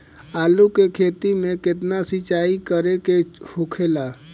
आलू के खेती में केतना सिंचाई करे के होखेला?